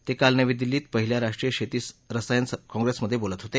ते काल नवी दिल्लीत पहिल्या राष्ट्रीय शेती रसायनं काँप्रेसमधे बोलत होते